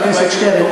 חבר הכנסת שטרן,